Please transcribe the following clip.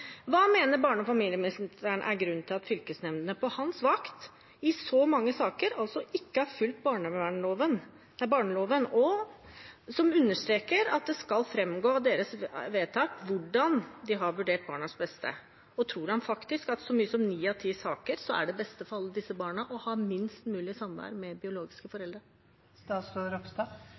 Hva mener barne- og familieministeren er grunnen til at fylkesnemndene på hans vakt i så mange saker ikke har fulgt barneloven, som understreker at det skal framgå av deres vedtak hvordan de har vurdert barnas beste? Og tror han faktisk at i så mye som ni av ti saker er det beste for alle disse barna å ha minst mulig samvær med sine biologiske foreldre?